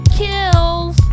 kills